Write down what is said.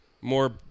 more